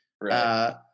Right